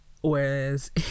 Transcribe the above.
whereas